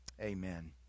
Amen